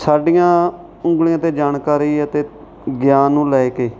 ਸਾਡੀਆਂ ਉਂਗਲੀਆਂ 'ਤੇ ਜਾਣਕਾਰੀ ਅਤੇ ਗਿਆਨ ਨੂੰ ਲੈ ਕੇ